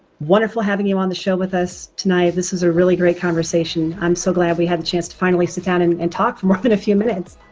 wonderful having you on the show with us tonight. this is a really great conversation. i'm so glad we had a chance to finally sit down and and talk from up in a few minutes.